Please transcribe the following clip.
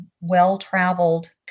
well-traveled